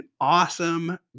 awesome